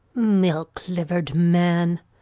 milk-liver'd man!